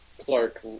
Clark